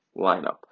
lineup